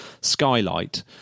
skylight